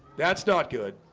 that's not good